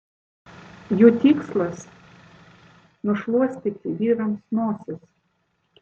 jų tikslas nušluostyti vyrams nosis